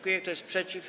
Kto jest przeciw?